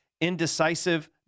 indecisive